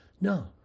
No